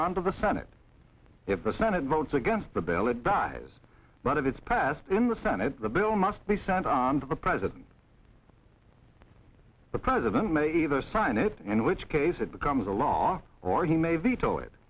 on to the senate if the senate votes against the bill it dies but if it's passed in the senate the bill must be sent on to the president the president may either sign it and in which case it becomes a law or he may veto it